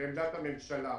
בעמדת הממשלה.